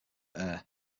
air